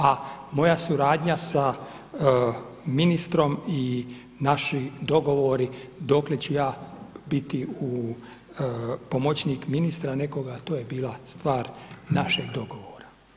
A moja suradnja sa ministrom i naši dogovori dokle ću ja biti pomoćnik ministra nekoga, to je bila stvar našeg dogovora.